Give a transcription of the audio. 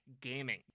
gaming